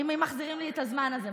אם מחזירים לי את הזמן הזה.